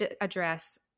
address